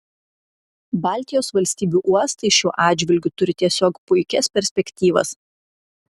baltijos valstybių uostai šiuo atžvilgiu turi tiesiog puikias perspektyvas